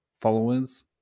followers